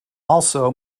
also